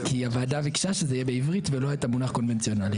כי הוועדה ביקשה שזה יהיה בעברית ולא את המונח קונבנציונלי.